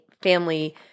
family